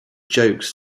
jokes